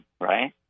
right